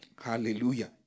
hallelujah